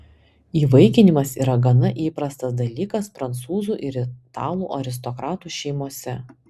įvaikinimas yra gana įprastas dalykas prancūzų ir italų aristokratų šeimose